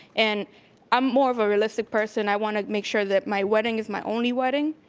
and i'm more of a realistic person, i wanna make sure that my wedding is my only wedding,